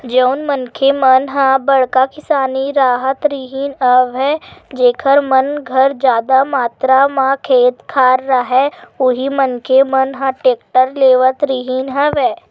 जउन मनखे मन ह बड़का किसान राहत रिहिन हवय जेखर मन घर जादा मातरा म खेत खार राहय उही मनखे मन ह टेक्टर लेवत रिहिन हवय